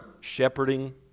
shepherding